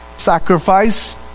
sacrifice